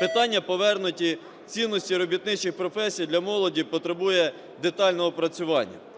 Питання повернути цінності робітничих професій для молоді потребує детального опрацювання.